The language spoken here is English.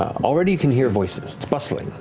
already, you can hear voices bustling.